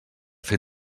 fer